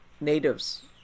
natives